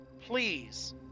please